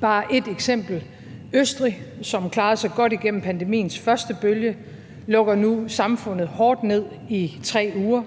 Bare ét eksempel: Østrig, som klarede sig godt igennem pandemiens første bølge, lukker nu samfundet hårdt ned i 3 uger.